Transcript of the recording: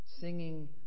singing